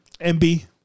MB